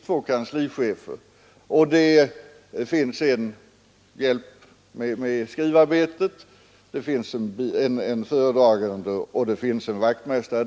Där finns en hjälp för skrivarbetet och det finns en föredragande och en vaktmästare.